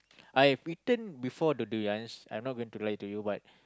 I have eaten before the durians I'm not going to lie to you but